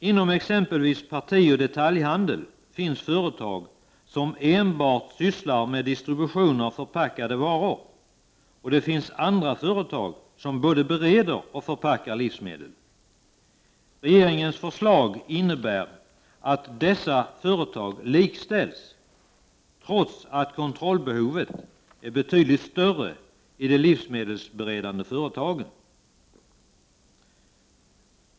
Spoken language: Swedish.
Inom exempelvis partioch detaljhandeln finns företag som enbart sysslar med distribution av förpackade varor, och andra företag som både bereder och förpackar livsmedel. Regeringens förslag innebär att dessa företag likställs, trots att kontrollbehovet är betydligt större i de livsmedelsberedande företagen.